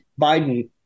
Biden